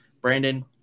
brandon